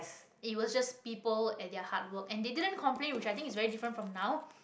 it was just people and their hard work and they didn't complain which i think is very different from now